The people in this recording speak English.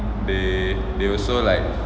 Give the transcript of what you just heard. then they also like